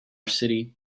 city